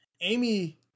Amy